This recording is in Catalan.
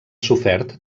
sofert